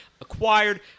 Acquired